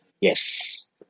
Yes